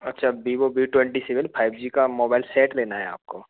अच्छा Vivo V twenty seven five G का mobile set लेना है आपको